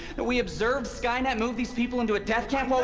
that we observed skynet move these people into a death camp,